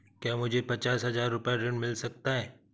क्या मुझे पचास हजार रूपए ऋण मिल सकता है?